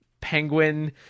penguin